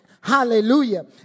Hallelujah